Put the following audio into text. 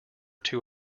two